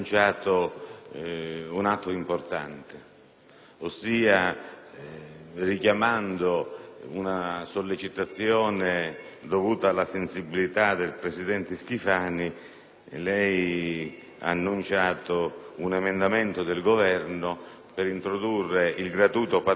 Richiamando una sollecitazione dovuta alla sensibilità del presidente Schifani, ha annunciato un emendamento del Governo volto a introdurre il gratuito patrocinio per le vittime dei reati sessuali.